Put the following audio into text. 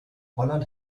holland